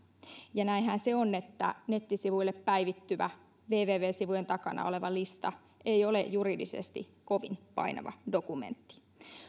ja näinhän se on että nettisivuille päivittyvä www sivujen takana oleva lista ei ole juridisesti kovin painava dokumentti